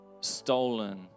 stolen